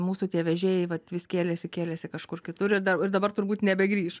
mūsų tie vežėjai vat vis kėlėsi kėlėsi kažkur kitur ir da ir dabar turbūt nebegrįš